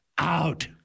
Out